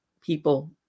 people